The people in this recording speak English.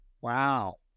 Wow